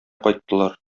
кайттылар